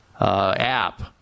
App